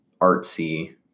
artsy